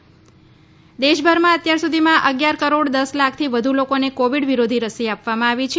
ત દેશભરમાં અત્યાર સુધીમાં અગિયાર કરોડ દસ લાખથી વધુ લોકોને કોવિડ વિરોધી રસી આપવામાં આવી છે